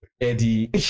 eddie